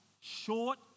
short